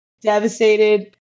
devastated